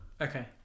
Okay